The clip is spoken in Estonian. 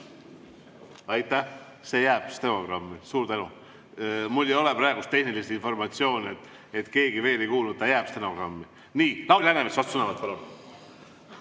Aitäh! See jääb stenogrammi. Suur tänu! Mul ei ole praegu tehnilist informatsiooni, et keegi veel ei kuulnud. Ta jääb stenogrammi. Nii. Lauri Läänemets, vastusõnavõtt.